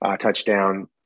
touchdown